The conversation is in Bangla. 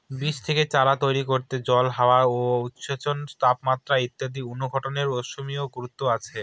বীজ থেকে চারা তৈরি করতে জল, হাওয়া, উৎসেচক, তাপমাত্রা ইত্যাদি অনুঘটকের অসীম গুরুত্ব আছে